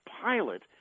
pilot